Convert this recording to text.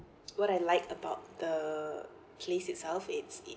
what I like about the place itself it's